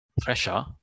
pressure